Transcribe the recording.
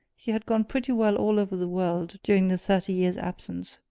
he had gone pretty well all over the world during the thirty years' absence.